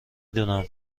دونم